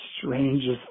strangest